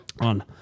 on